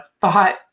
thought